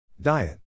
Diet